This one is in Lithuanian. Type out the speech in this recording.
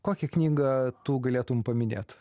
kokią knygą tu galėtum paminėt